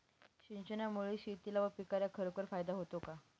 सिंचनामुळे शेतीला व पिकाला खरोखर फायदा होतो का?